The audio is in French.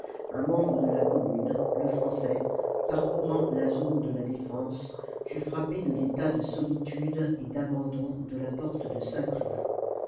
un membre de la commune lefrançais parcourant la zone de la défense fut frappé de l'état de solitude et d'abandon de la porte de